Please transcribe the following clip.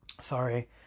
Sorry